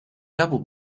double